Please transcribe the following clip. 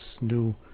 new